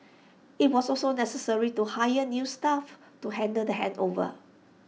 IT was also necessary to hire new staff to handle the handover